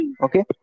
Okay